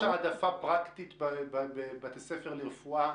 יש העדפה פרקטית בבתי הספר לרפואה